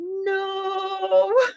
no